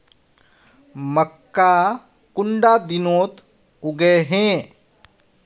मक्का कुंडा दिनोत उगैहे?